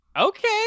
Okay